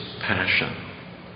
passion